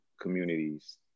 communities